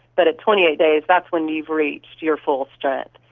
but at twenty eight days, that's when you've reached your full strength.